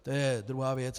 To je druhá věc.